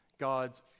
God's